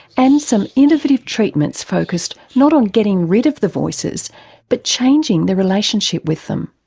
and some innovative treatments focussed not on getting rid of the voices but changing the relationship with them.